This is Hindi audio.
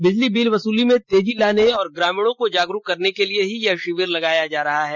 बिजली बिल वसूली में तेजी लाने तथा ग्रामीणों को जागरूक करने के लिए ही यह शिविर लगाया जा रहा है